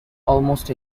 almost